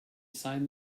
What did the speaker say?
sign